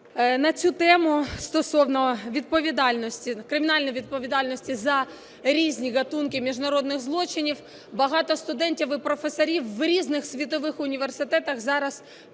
відповідальності, кримінальної відповідальності за різні ґатунки міжнародних злочинів багато студентів і професорів у різних світових університетах зараз пишуть